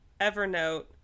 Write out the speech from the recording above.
evernote